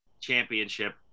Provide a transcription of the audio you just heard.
championship